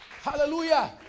Hallelujah